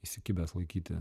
įsikibęs laikyti